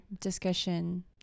discussion